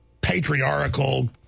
patriarchal